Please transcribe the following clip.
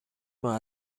ماه